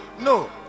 no